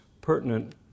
pertinent